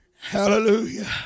Hallelujah